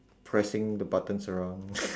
pressing the buttons around